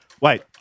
Wait